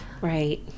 right